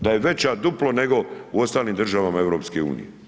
Da je veća duplo nego u ostalim država EU.